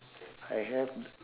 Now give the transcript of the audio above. I have t~